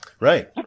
Right